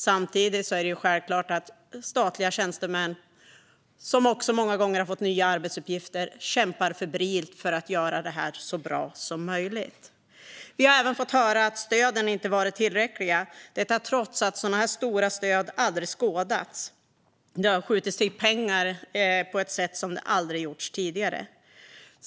Samtidigt är det ju självklart att statliga tjänstemän, som också många gånger har fått nya arbetsuppgifter, kämpar febrilt för att göra detta så bra som möjligt. Vi har även fått höra att stöden inte varit tillräckliga - detta trots att så här stora stöd aldrig skådats. Det har skjutits till pengar på ett sätt som det aldrig gjorts tidigare.